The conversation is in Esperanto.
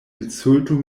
insultu